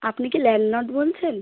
আপনি কি ল্যান্ডলর্ড বলছেন